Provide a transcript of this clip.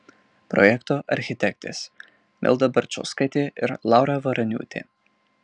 projekto architektės milda barčauskaitė ir laura varaniūtė